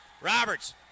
Roberts